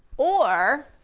or,